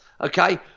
okay